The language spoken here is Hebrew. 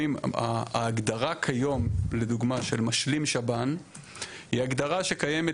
ההגדרה כיום לדוגמה של משלים שב"ן היא הגדרה שקיימת